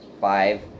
five